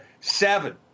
seven